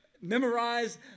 memorize